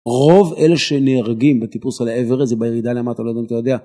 רוב אלה שנהרגים בטיפוס על האוורסט זה בירידה למטה, לא יודת אם אתה יודע.